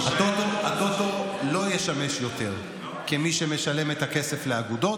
הטוטו לא ישמש יותר כמי שמשלם את הכסף לאגודות.